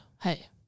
hey